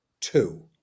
two